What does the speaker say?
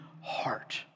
heart